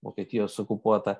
vokietijos okupuotą